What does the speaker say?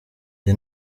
jye